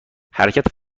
حرکت